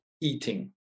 eating